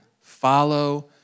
follow